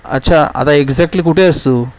अच्छा आता एक्झॅक्टली कुठे आहेस तू